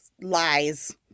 Lies